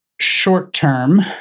short-term